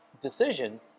decision